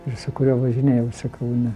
ir su kuriuo važinėjausi kaune